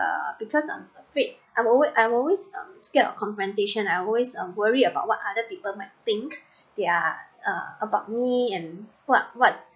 uh because I'm afraid I'm always I'm always um scared of confrontation I always um worried about what other people might think they're uh about me and what what